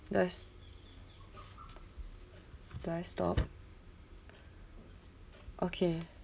do I s~ do I stop okay